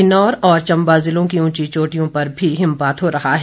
किन्नौर और चंबा जिले की उंची चोटियों पर भी हिमपात हो रहा है